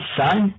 son